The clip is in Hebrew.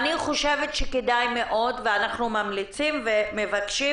אני חושבת שכדאי מאוד ואנחנו ממליצים ומבקשים